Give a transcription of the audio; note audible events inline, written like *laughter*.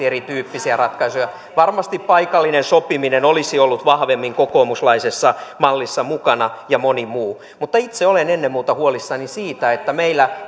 *unintelligible* erityyppisiä ratkaisuja varmasti paikallinen sopiminen olisi ollut vahvemmin kokoomuslaisessa mallissa mukana ja moni muu mutta itse olen ennen muuta huolissani siitä että meillä *unintelligible*